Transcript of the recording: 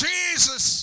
Jesus